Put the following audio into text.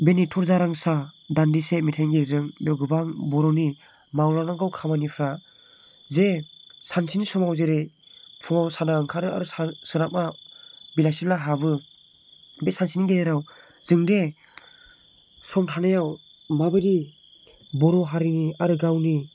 बे नेथ' जारां सान दान्दिसे मेथायनि गेजेरजों बेयाव गोबां बर'नि मावलांनांगौ खामानिफ्रा जे सानसेनि समाव जेरै फुङाव साना ओंखारो आरो सोनाबाव बेलासिब्ला हाबो बे सानसेनि गेजेराव जों दि सम थानायाव माबायदि बर' हारिनि आरो गावनि